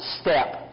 step